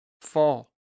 Fall